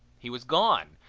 he was gone,